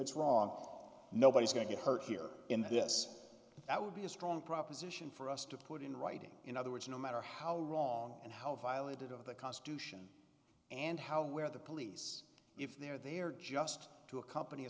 it's wrong nobody's going to get hurt here in this that would be a strong proposition for us to put in writing in other words no matter how wrong and how violated of the constitution and how where the police if they're there just to accompany a